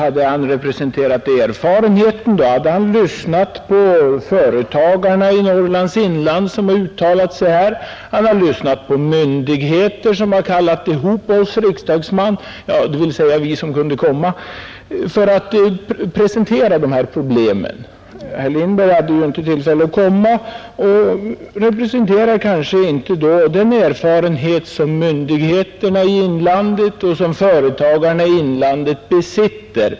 Hade han representerat erfarenheten, då hade han lyssnat på företagarna i Norrlands inland som har uttalat sig, då hade han lyssnat på myndigheter som har kallat ihop oss riksdagsmän — dvs. oss som kunde komma — för att presentera de här problemen, Herr Lindberg hade ju inte tillfälle att komma och representerar därför kanske inte den erfarenhet som myndigheterna och företagarna i inlandet besitter.